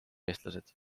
eestlased